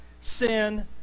sin